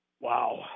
Wow